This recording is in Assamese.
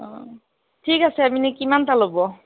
অ' ঠিক আছে আপুনি কিমানটা ল'ব